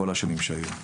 בכל השנים שהיו.